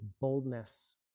boldness